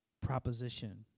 proposition